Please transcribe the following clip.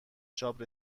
چاپ